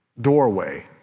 doorway